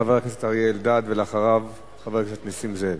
חבר הכנסת אריה אלדד, ואחריו, חבר הכנסת נסים זאב.